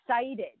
excited